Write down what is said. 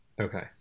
Okay